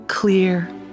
clear